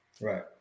Right